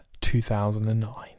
2009